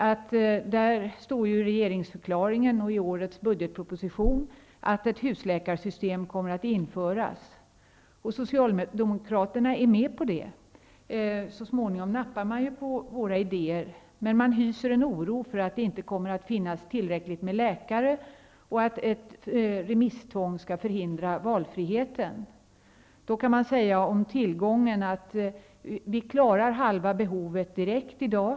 Det står i regeringsförklaringen och i årets budgetproposition att ett husläkarsystem kommer att införas. Socialdemokraterna är med på det. Så småningom nappar man på våra idéer. Men man hyser en oro för att det inte kommer att finnas tillräckligt med läkare och att ett remisstvång skall förhindra valfriheten. När det gäller tillgången på läkare klaras halva behovet direkt i dag.